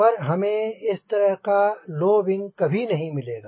पर हमें इस तरह का लो विंग कभी नहीं मिलेगा